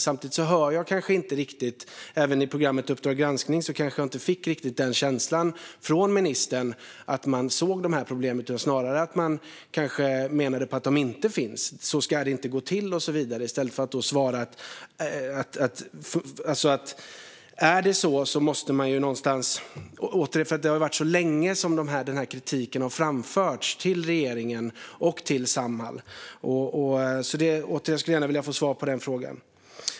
När jag såg Uppdrag granskning fick jag inte riktigt känslan från ministern att man ser de här problemen. Snarare verkade man mena att de inte finns. Man svarade att "så ska det inte gå till" och så vidare. Men den här kritiken har ju framförts länge till regeringen och till Samhall, så jag skulle gärna vilja få svar på den frågan.